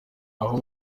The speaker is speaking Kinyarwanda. aho